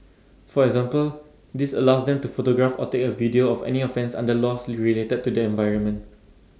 for example this allows them to photograph or take A video of any offence under laws related to the environment